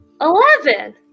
eleven